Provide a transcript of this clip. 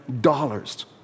dollars